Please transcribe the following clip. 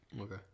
Okay